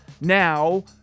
now